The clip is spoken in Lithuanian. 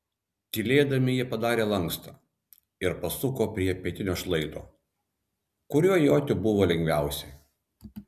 tylėdami jie padarė lankstą ir pasuko prie pietinio šlaito kuriuo joti buvo lengviausia